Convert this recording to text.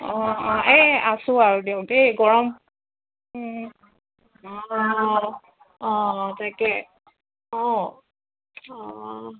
অঁ অঁ এই আছোঁ আৰু দিয়ক এই গৰম অঁ অঁ অঁ তাকে অঁ অঁ